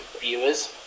viewers